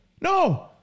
No